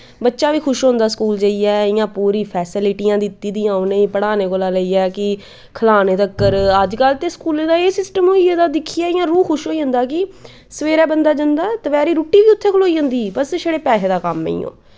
बच्चा बी खुश होंदा स्कूल जाइयै इयां पूरी फैसलिटियां दित्ती दियां उनें पढ़ाने कोला लेइयै कि खलाने तक्कर अजकल ते स्कूलें दा एह् सिस्टम होई गेदा दिक्खियै इयां रूह् खुश होई जंदा कि सवेरै बंदा जंदा दपैह्री रुट्टी बी उत्थें खलोई जंदी बस छड़ा पैसे दा कम्म ई ओह्